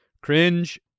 cringe